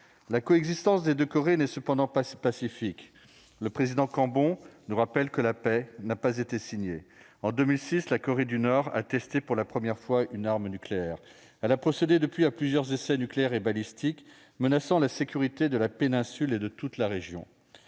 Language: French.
la coexistence des deux Corées n'est guère pacifique. Ainsi, Christian Cambon nous a rappelé que la paix n'a jamais été signée. En 2006, la Corée du Nord a testé pour la première fois une arme nucléaire. Elle a procédé depuis à plusieurs essais nucléaires et balistiques, menaçant la sécurité de la péninsule et de toute la région.